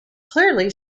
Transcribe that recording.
clearly